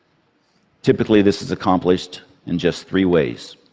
typically, this is accomplished in just three ways